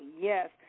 yes